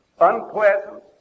unpleasant